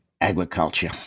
agriculture